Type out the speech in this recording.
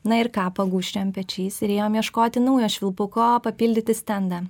na ir ką pagūžčiojam pečiais ir ėjom ieškoti naujo švilpuko papildyti stendą